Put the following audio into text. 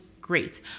great